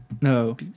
No